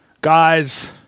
Guys